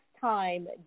time